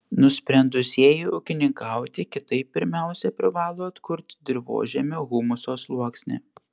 nusprendusieji ūkininkauti kitaip pirmiausia privalo atkurti dirvožemio humuso sluoksnį